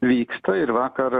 vyksta ir vakar